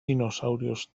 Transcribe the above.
dinosaurios